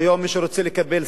מי שרוצה לקבל שר,